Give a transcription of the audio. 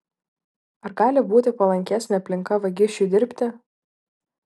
ar gali būti palankesnė aplinka vagišiui dirbti